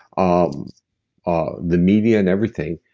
ah ah the media, and everything,